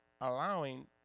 allowing